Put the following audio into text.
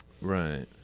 Right